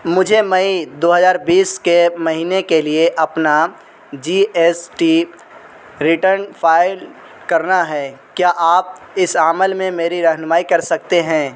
مجھے مئی دو ہزار کے مہینے کے لیے اپنا G S T return file کرنا ہے کیا آپ اس عمل میں میری رہنمائی کر سکتے ہیں